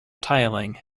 tiling